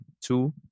two